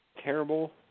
terrible